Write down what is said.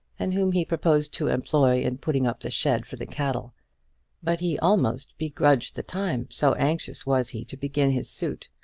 and whom he proposed to employ in putting up the shed for the cattle but he almost begrudged the time, so anxious was he to begin his suit.